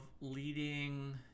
leading